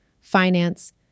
finance